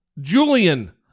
Julian